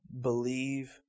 believe